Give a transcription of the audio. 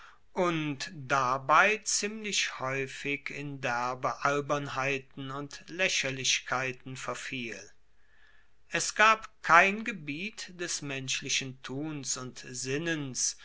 und dabei ziemlich haeufig in derbe albernheiten und laecherlichkeiten verfiel es gab kein gebiet des menschlichen tuns und sinnens